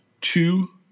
two